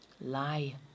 lie